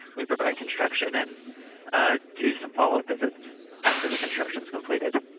we provide construction and do some follow-up visits after the construction is completed.